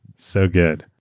so good.